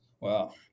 Wow